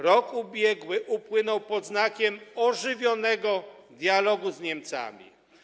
Rok ubiegły upłynął pod znakiem ożywionego dialogu z Niemcami.